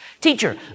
Teacher